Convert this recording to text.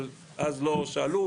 אבל אז לא שאלו,